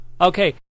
Okay